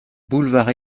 boulevard